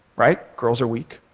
right? girls are weak,